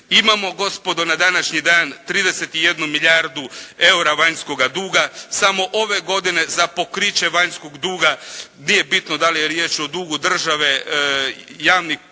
Imamo gospodo na današnji dan 31 milijardu EUR-a vanjskoga duga. Samo ove godine za pokriće vanjskog duga, nije bitno da li je riječ o dugu države, javnih